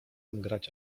grać